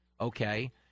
Okay